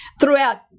throughout